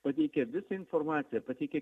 pateikia visą informaciją pateikia